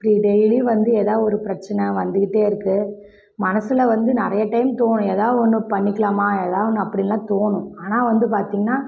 இப்படி டெயிலியும் வந்து ஏதா ஒரு பிரச்சனை வந்துக்கிட்டே இருக்குது மனசில் வந்து நிறைய டைம் தோணும் ஏதா ஒன்று பண்ணிக்கலாமா ஏதா ஒன்று அப்படின்லாம் தோணும் ஆனால் வந்து பார்த்திங்கன்னா